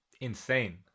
insane